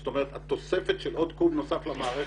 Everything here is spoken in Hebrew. זאת אומרת, התוספת של עוד קוב נוסף למערכת.